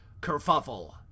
kerfuffle